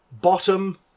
Bottom